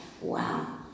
Wow